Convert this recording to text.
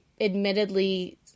admittedly